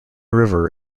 river